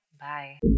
Bye